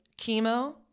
chemo